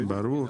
ברור.